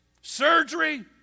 surgery